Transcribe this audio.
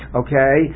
okay